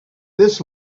this